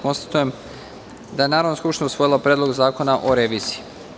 Konstatujem da je Narodna skupština usvojila Predlog zakona o reviziji.